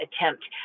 attempt